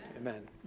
Amen